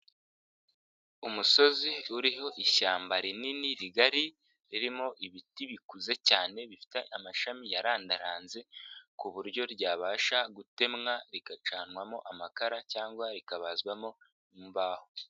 Umusozi uriho ishyamba rinini, rigari, ririmo ibiti bikuze cyane, bifite amashami yarandaranze ku buryo ryabasha gutemwa, rigacanwamo amakara cyangwa rikabazwamo imbaho.